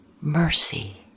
mercy